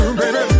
baby